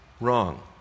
wrong